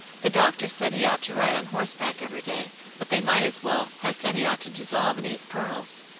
the doctors said he ought to ride on horseback every day, but they might as well have said he ought to dissolve and eat pearls.